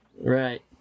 Right